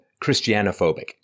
Christianophobic